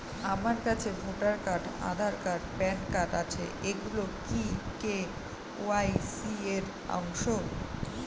আমার কাছে voter card Aadhaar card PAN card আছে এগুলো কি কে.ওয়াই.সি র অংশ?